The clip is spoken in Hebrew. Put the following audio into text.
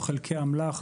חלקי אמל"ח,